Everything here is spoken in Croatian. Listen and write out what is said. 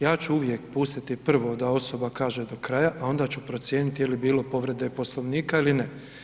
Ja ću uvijek pustiti prvo da osoba kaže do kraja, a onda ću procijeniti je li bilo povrede Poslovnika ili ne.